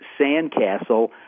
Sandcastle